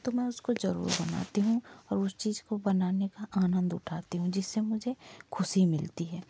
तो मैं उसको ज़रूर बनाती हूँ और उस चीज़ को बनाने का आनंद उठाती हूँ जिस से मुझे ख़ुशी मिलती है